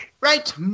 Right